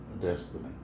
destiny